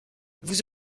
vous